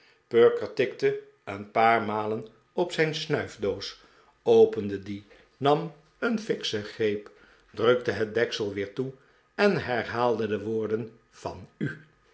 perker tikte een paar malen op zijn snuifdoos opende die nam een fikschen greep drukte het deksel weer toe en herhaalde de woorden van u